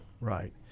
Right